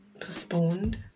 postponed